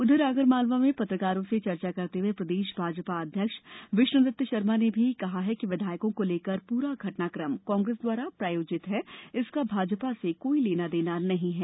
उधर आगरमालवा में पत्रकारों से चर्चा करते हुए प्रदेश भाजपा अध्यक्ष विष्णुदत्त शर्मा ने कहा कि विधायकों को लेकर पूरा घटनाकम कांग्रेस द्वारा प्रायोजित है इसका भाजपा से कोई लेना देना नहीं है